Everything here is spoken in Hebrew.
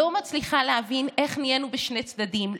לא מצליחה להבין איך נהיינו בשני צדדים,